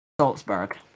Salzburg